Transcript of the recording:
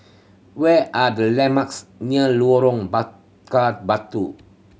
where are the landmarks near Lorong Bakar Batu